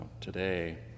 today